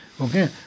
Okay